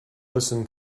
listen